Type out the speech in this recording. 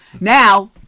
Now